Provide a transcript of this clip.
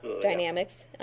Dynamics